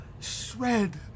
shred